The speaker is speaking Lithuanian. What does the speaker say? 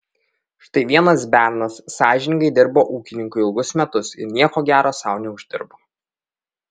štai vienas bernas sąžiningai dirbo ūkininkui ilgus metus ir nieko gero sau neuždirbo